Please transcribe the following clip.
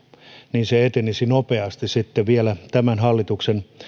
niin se etenisi nopeasti vielä tämän hallituksen